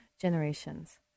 generations